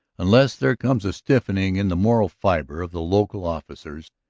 unless there comes a stiffening in the moral fiber of the local officers,